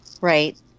Right